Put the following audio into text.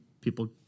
people